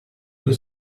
due